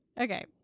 Okay